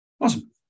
awesome